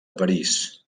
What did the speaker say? parís